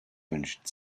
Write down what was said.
wünscht